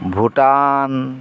Bhutan